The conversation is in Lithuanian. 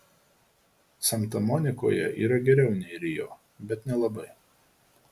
santa monikoje yra geriau nei rio bet nelabai